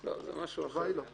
זה משהו אחר.